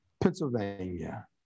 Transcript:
Pennsylvania